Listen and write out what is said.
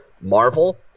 Marvel